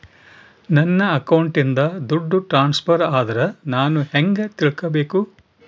ನನ್ನ ಅಕೌಂಟಿಂದ ದುಡ್ಡು ಟ್ರಾನ್ಸ್ಫರ್ ಆದ್ರ ನಾನು ಹೆಂಗ ತಿಳಕಬೇಕು?